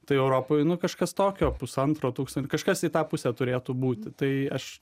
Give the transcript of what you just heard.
tai europoj nu kažkas tokio pusantro tūkstan kažkas į tą pusę turėtų būti tai aš